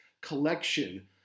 collection